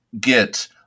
get